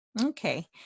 Okay